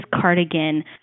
cardigan